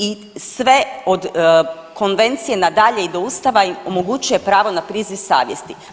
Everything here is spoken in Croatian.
I sve od Konvencije, nadalje i do Ustava im omogućuje pravo na priziv savjesti.